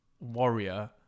Warrior